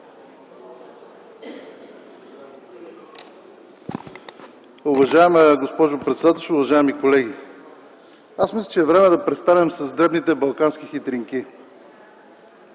Уважаема госпожо председателстващ, уважаеми колеги! Мисля, че е време да престанем с дребните балкански хитринки.